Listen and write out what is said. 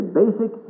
basic